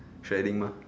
training mah